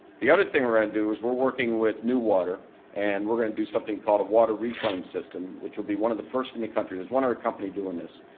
the other thing we're gonna and do is we're working with new water and we're gonna do something called a water reclaim system which will be one of the first in the country, there's one other company doing this,